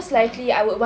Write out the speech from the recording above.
mmhmm